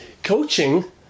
Coaching